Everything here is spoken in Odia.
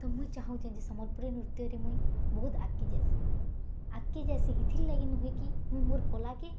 ତ ମୁଇଁ ଚାହୁଁଛେ ଯେ ସମଲ୍ପରୀ ନୃତ୍ୟରେ ମୁଇଁ ବହୁତ୍ ଆଗ୍କେ ଯାଏସିଁ ଆଗ୍କେ ଯାଏସିଁ ଇଥର୍ଲାଗି ନୁହେଁ କି ମୁଇଁ ମୋର୍ କଲାକେ